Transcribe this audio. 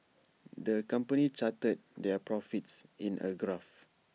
the company charted their profits in A graph